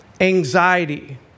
anxiety